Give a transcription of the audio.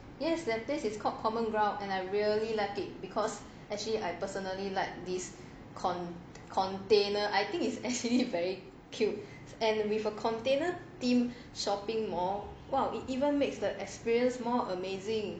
yes the place is called common ground and I really like it because actually I personally like this con~ container I think it's actually very cute and with a container themed shopping mall !wow! it even makes the experience more amazing